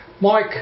Mike